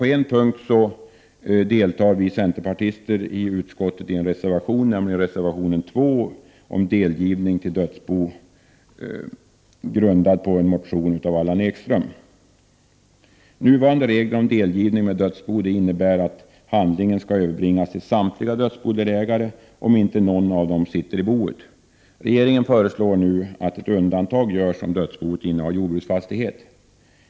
På en punkt deltar vi centerpartister i utskottet i e; reservation. Det gäller reservation 2 om delgivning med dödsbon, grundad på en motion av Allan Ekström. Nuvarande regler om delgivning med dödsbon innebär att handlingen skall överbringas till samtliga dödsbodeläga re om inte någon av dem sitter i boet. Regeringen föreslår nu att undantag görs om dödsboet innehar jordbruksfastighet.